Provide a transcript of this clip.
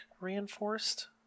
reinforced